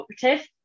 Cooperative